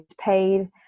paid